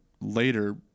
later